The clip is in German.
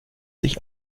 sich